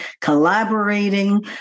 collaborating